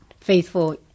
faithful